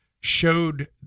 showed